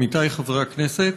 עמיתיי חברי הכנסת,